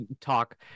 talk